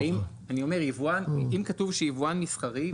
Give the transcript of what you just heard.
אני אומר שאם כתוב שיבואן מסחרי,